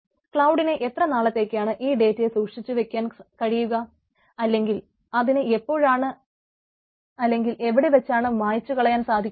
ക്ലൌഡിന് എത്ര നാളത്തേക്കാണ് ഈ ഡേറ്റ സൂക്ഷിച്ചുവയ്ക്കാൻ കഴിയുക അല്ലെങ്കിൽ അതിന് എപ്പോഴാണ് അല്ലെങ്കിൽ എവിടെ വെച്ചാണ് ഇതു മായ്ച്ചു കളയുക